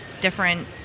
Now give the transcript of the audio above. different